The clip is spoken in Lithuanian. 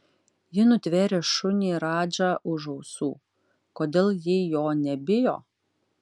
ji nutvėrė šunį radžą už ausų kodėl ji jo nebijo